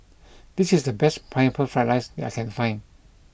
this is the best Pineapple Fried Rice that I can find